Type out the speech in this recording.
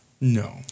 No